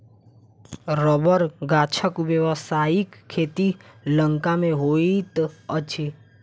रबड़ गाछक व्यवसायिक खेती लंका मे होइत अछि